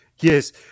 Yes